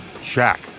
check